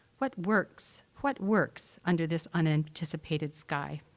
what works what works under this unanticipated sky?